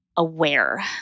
aware